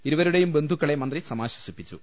ഇരുവരുടെയും ബന്ധുക്കളെ മന്ത്രി സമാശ്വസിപ്പിച്ചു